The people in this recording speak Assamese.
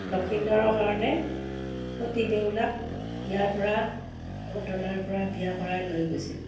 লখিন্দৰৰ কাৰণে সতি বেউলাক ইয়াৰ পৰা অদলাৰ পৰা বিয়া কৰাই লৈ গৈছিল